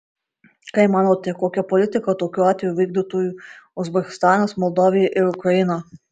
kaip manote kokią politiką tokiu atveju vykdytų uzbekistanas moldavija ir ukraina